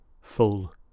full